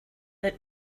that